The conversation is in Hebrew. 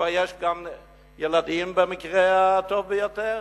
וכבר יש גם ילדים במקרה הטוב ביותר,